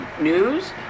news